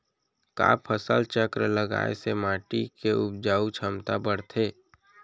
का फसल चक्र लगाय से माटी के उपजाऊ क्षमता बढ़थे?